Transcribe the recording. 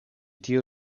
tiu